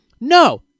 No